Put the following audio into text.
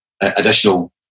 additional